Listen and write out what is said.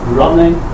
running